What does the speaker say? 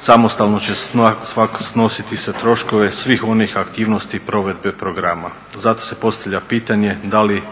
samostalno će svaka snositi troškove svih onih aktivnosti provedbe programa. Zato se postavlja pitanje, da li će